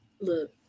Look